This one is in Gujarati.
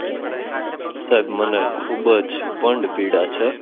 સાહેબ મને ખૂબ જ પંડ પીડા છે